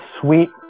sweet